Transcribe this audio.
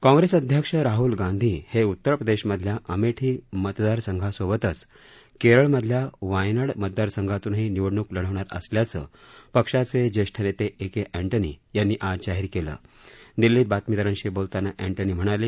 काँग्रेस अध्यक्ष राहल गांधी हे उतर प्रदेशमधल्या अमेठी मतदारसंघासोबतच केरळमधल्या वायनाड मतदासंघातूनही निवडणुक लढवणार असल्याचं पक्षाचे ज्येष्ठ नेते ए के एन्टोनी यांनी आज दिल्लीत बातमीदारांना सांगितलं